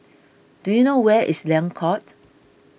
do you know where is Liang Court